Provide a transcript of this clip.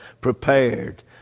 prepared